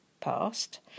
past